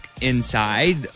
inside